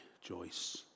Joyce